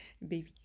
baby